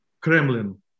Kremlin